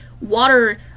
water